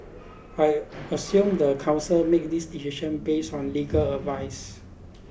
I assume the council made this decision based on legal advice